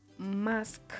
mask